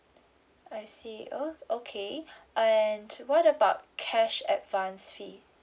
I see oh okay and what about cash advance fee